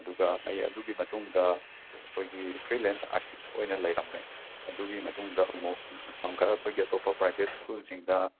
ꯑꯗꯨꯒ ꯑꯩ ꯑꯗꯨꯒꯤ ꯃꯇꯨꯡꯗ ꯑꯩꯈꯣꯏꯒꯤ ꯐ꯭ꯔꯤꯂꯦꯟꯁ ꯑꯥꯔꯇꯤꯁ ꯑꯣꯏꯅ ꯂꯩꯔꯝꯃꯦ ꯑꯗꯨꯒꯤ ꯃꯇꯨꯡꯗ ꯑꯃꯨꯛ ꯃꯇꯝ ꯈꯔ ꯑꯩꯈꯣꯏꯒꯤ ꯑꯇꯣꯞꯄ ꯄ꯭ꯔꯥꯏꯕꯦꯠ ꯁ꯭ꯀꯨꯜꯁꯤꯡꯗ